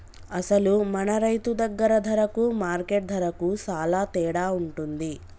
అసలు మన రైతు దగ్గర ధరకు మార్కెట్ ధరకు సాలా తేడా ఉంటుంది